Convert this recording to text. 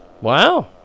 Wow